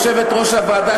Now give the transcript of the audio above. יושבת-ראש הוועדה,